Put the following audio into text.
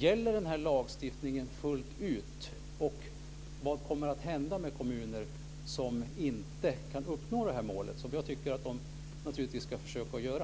den här lagstiftningen gäller fullt ut. Vad kommer att hända med kommuner som inte kan uppnå det här målet, som jag naturligtvis tycker att de ska försöka göra?